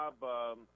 Bob